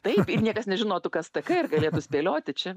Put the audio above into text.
taip ir niekas nežinotų kas ta k ir galėtų spėlioti čia